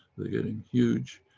they're getting huge